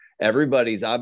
everybody's